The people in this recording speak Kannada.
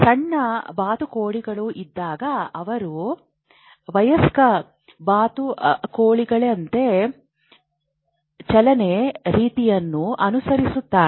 ಸಣ್ಣ ಬಾತುಕೋಳಿಗಳು ಇದ್ದಾಗ ಅವರು ವಯಸ್ಕ ಬಾತುಕೋಳಿಯಂತೆಯೇ ಚಲನೆಯ ರೀತಿಯನ್ನು ಅನುಸರಿಸುತ್ತಾರೆ